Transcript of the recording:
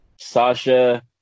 Sasha